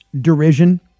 derision